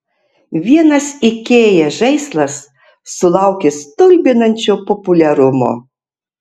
vienas ikea žaislas sulaukė stulbinančio populiarumo